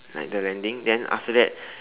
like the landing then after that